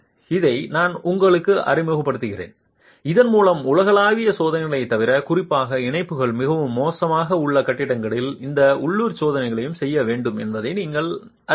இதை நான் உங்களுக்கு அறிமுகப்படுத்துகிறேன் இதன்மூலம் உலகளாவிய சோதனைகளைத் தவிர குறிப்பாக இணைப்புகள் மிகவும் மோசமாக உள்ள கட்டிடங்களில் இந்த உள்ளூர் சோதனைகளையும் செய்ய வேண்டும் என்பதை நீங்கள் அறிவீர்கள்